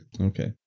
Okay